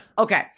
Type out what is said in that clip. Okay